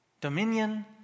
dominion